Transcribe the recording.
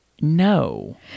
No